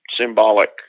symbolic